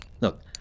look